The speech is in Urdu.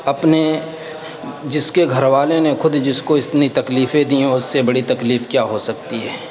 اپنے جس کے گھر والے نے خود جس کو اتنی تکلیفیں دی ہوں اس سے بڑی تکلیف کیا ہو سکتی ہے